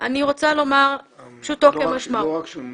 לא רק שהוא הונח,